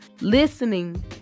listening